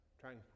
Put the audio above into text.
trying